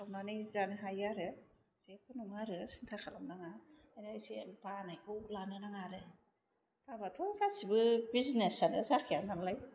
खावनानै जानो हायो आरो जेबो नङा आरो सिन्था खालाम नाङा आरो एसे बानायखौ लानो नाङा आरो बाबाथ' गासिबो बीजनेजआनो जाखाया नालाय